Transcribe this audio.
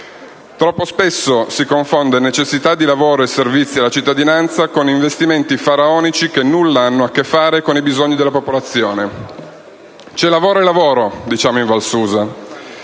Troppo spesso si confonde necessità di lavoro e servizi alla cittadinanza con investimenti faraonici che nulla hanno a che fare con i bisogni della popolazione. C'è lavoro e lavoro, diciamo in Val